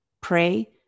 pray